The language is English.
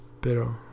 pero